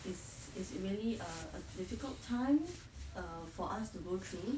is is really a a difficult time err for us to go through